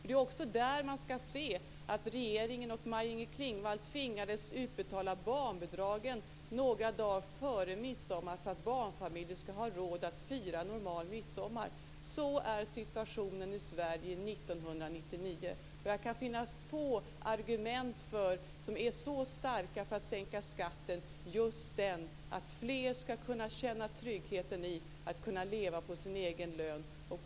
Det är också i det sammanhanget man skall se att regeringen och Maj-Inger Klingvall tvingades utbetala barnbidragen några dagar före midsommar för att barnfamiljer skulle ha råd att fira normal midsommar. Så är situationen i Sverige 1999. Jag kan finna få argument som är så starka för att sänka skatten som just att fler skall känna tryggheten i att kunna leva på sin egen lön.